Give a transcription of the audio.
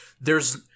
there's-